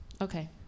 okay